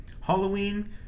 Halloween